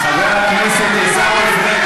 חבר הכנסת עיסאווי פריג',